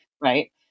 right